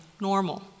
normal